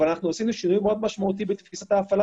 אנחנו עושים משהו מאוד משמעותי בתפיסת ההפעלה